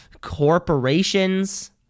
corporations